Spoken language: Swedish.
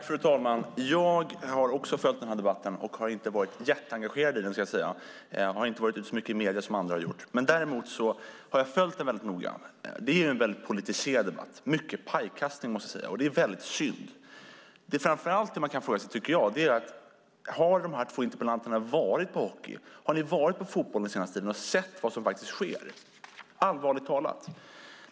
Fru talman! Jag har följt debatten, men jag har inte varit jätteengagerad i den. Jag har inte synts så mycket i medierna som andra har gjort. Däremot har jag följt debatten noga. Det är en politiserad debatt med mycket pajkastning, och det är synd. Har de två interpellanterna varit på hockey? Har ni varit på hockey eller fotboll den senaste tiden och sett vad som faktiskt sker? Allvarligt talat!